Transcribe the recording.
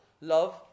love